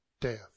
death